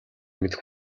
мэдэх